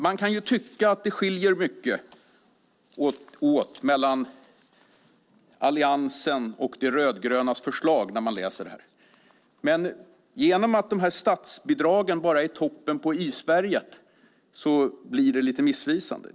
Man kan ju tycka att det skiljer mycket mellan Alliansens och De rödgrönas förslag när man läser här. Men genom att statbidragen bara är toppen på isberget blir det lite missvisande.